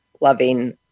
loving